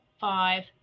five